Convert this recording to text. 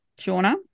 Shauna